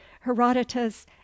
Herodotus